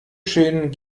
schön